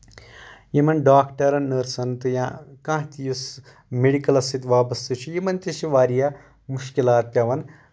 یِمن ڈاکٹرن نٔرسن تہٕ یا کانٛہہ تہِ یُس میڈکَلس سۭتۍ وابسطٕ چھُ یِمن تہِ چھِ واریاہ مُشکِلات پیوان